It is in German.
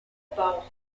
bauch